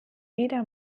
wieder